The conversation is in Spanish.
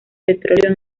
petróleo